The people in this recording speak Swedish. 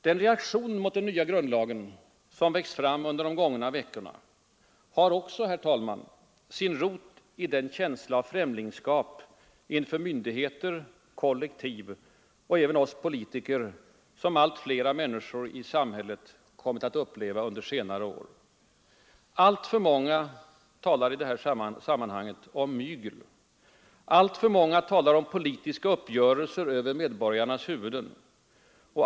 Den reaktion mot den nya grundlagen som växt fram under de gångna veckorna har också, herr talman, sin rot i den känsla av främlingskap inför myndigheter, kollektiv och även oss politiker som allt fler människor i samhället kommit att uppleva under senare år. Alltför många talar i det sammanhanget om ”mygel”. Alltför många talar om politiska uppgörelser över medborgarnas huvuden.